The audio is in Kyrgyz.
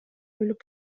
өлүп